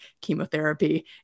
chemotherapy